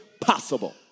possible